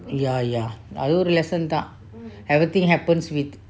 ya ya அது ஒரு:athu oru lesson thaa everything happens with